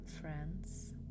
friends